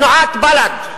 תנועת בל"ד,